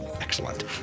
Excellent